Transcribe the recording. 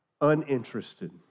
uninterested